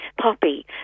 Poppy